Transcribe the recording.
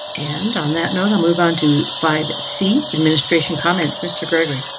and on that note, i move on to five c. administration comments, mr. gregory.